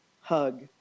hug